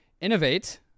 innovate